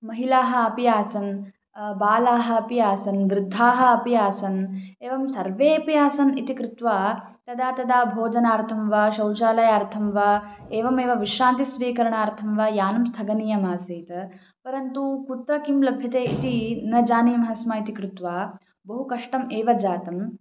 महिळाः अपि आसन् बालाः अपि आसन् वृद्धाः अपि आसन् एवं सर्वेपि आसन् इति कृत्वा तदा तदा भोजनार्थं वा शौचालयार्थं वा एवमेव विश्रान्ति स्वीकरणार्थं वा यानं स्थगनीयमासीत् परन्तु कुत्र किं लभ्यते इति न जानीमः स्म इति कृत्वा बहु कष्टम् एव जातं